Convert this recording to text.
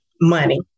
money